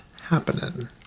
happening